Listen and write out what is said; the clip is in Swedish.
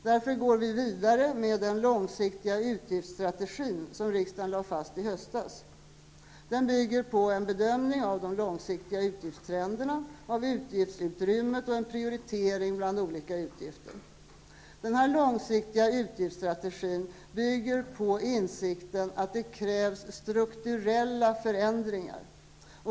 Därför går vi vidare med den långsiktiga utgiftsstrategi som riksdagen lade fast i höstas. Den bygger på en bedömning av de långsiktiga utgiftstrenderna och utgiftsutrymmet samt en prioritering bland olika utgifter. Denna långsiktiga utgiftsstrategi bygger på insikten att det krävs strukturella förändringar.